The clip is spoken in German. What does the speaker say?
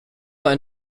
ein